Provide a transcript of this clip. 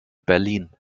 berlin